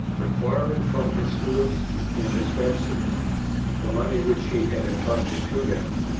requiring from his stewards and dispensers the money which he had entrusted to them,